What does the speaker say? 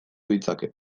ditzake